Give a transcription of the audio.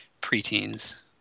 preteens